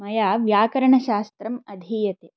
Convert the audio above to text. मया व्याकरणशास्त्रम् अधीयते